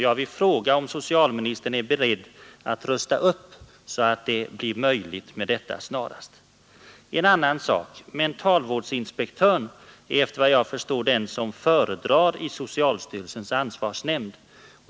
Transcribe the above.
Jag vill fråga om socialministern är beredd att rusta upp så att detta snarast blir möjligt. En annan sak: Mentalvårdsinspektören är efter vad jag förstår den som föredrar ärendena i socialstyrelsens ansvarsnämnd.